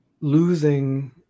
losing